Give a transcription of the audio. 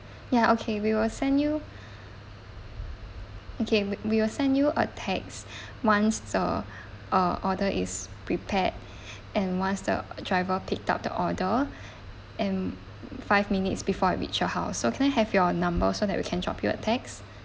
ya okay we will send you okay we we will send you a text once the uh order is prepared and once the driver picked up the order and five minutes before it reach your house so can I have your number so that we can drop you a text